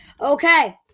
Okay